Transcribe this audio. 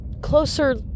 closer